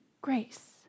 grace